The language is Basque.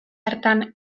hartan